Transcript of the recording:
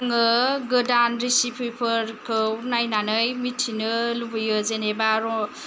आङो गोदान रेसिपिफोरखौ नायनानै मिथिनो लुबैयो जेनेबा